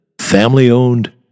family-owned